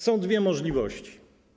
Są dwie możliwości.